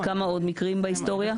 כמה עוד מקרים בהיסטוריה?